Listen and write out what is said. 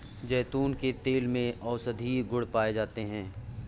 जैतून के तेल में औषधीय गुण पाए जाते हैं